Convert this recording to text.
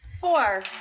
Four